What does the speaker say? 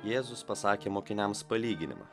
jėzus pasakė mokiniams palyginimą